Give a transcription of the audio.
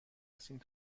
هستید